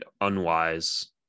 unwise